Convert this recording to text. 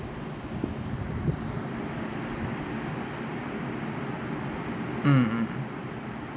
mm mm